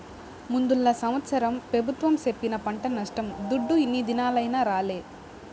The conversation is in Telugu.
ముందల సంవత్సరం పెబుత్వం సెప్పిన పంట నష్టం దుడ్డు ఇన్ని దినాలైనా రాలే